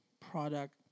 product